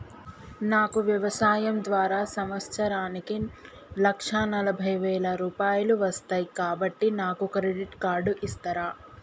నాకు వ్యవసాయం ద్వారా సంవత్సరానికి లక్ష నలభై వేల రూపాయలు వస్తయ్, కాబట్టి నాకు క్రెడిట్ కార్డ్ ఇస్తరా?